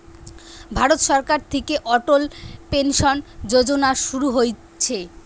ভারত সরকার থিকে অটল পেনসন যোজনা শুরু হইছে